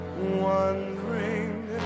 wondering